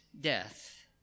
death